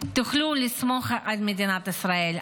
תוכלו לסמוך על מדינת ישראל.